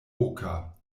oka